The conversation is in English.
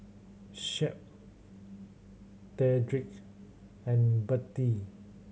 Shep Dedrick and Bettie